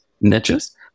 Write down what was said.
niches